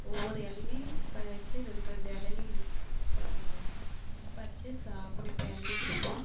ஒவ்வொரு இளநி பறிச்சு ரெண்டு ரெண்டு இளநி ப பறிச்சு சா குடிப்பேன் இளநி குடிப்போம்